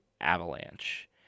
Avalanche